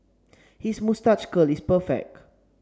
his moustache curl is perfect